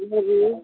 jalebi